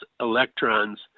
electrons